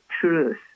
truth